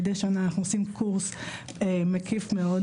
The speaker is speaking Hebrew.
מדי שנה אנחנו עושים קורס מקיף מאוד,